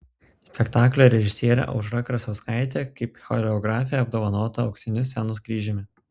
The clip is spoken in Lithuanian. spektaklio režisierė aušra krasauskaitė kaip choreografė apdovanota auksiniu scenos kryžiumi